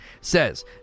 says